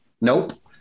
Nope